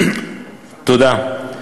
תודה.